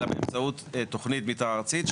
אלא באמצעות תוכנית מתאר ארצית,